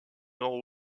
nord